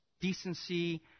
decency